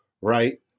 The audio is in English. right